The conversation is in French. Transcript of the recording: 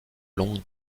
longues